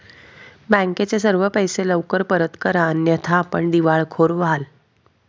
बँकेचे सर्व पैसे लवकर परत करा अन्यथा आपण दिवाळखोर व्हाल